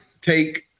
take